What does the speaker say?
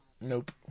Nope